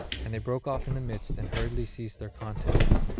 and they broke off in the midst and hurriedly ceased their contests,